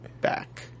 back